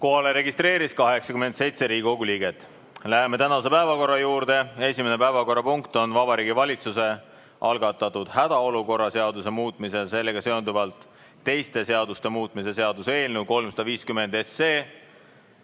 küsimus? Palun, mikrofon! Läheme tänase päevakorra juurde. Esimene päevakorrapunkt on Vabariigi Valitsuse algatatud hädaolukorra seaduse muutmise ja sellega seonduvalt teiste seaduste muutmise seaduse eelnõu 350.